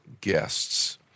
guests